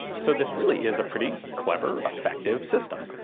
so this really is a pretty clever, effective system.